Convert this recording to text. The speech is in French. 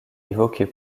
évoqués